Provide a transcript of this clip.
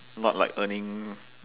not like earning